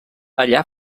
allà